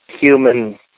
human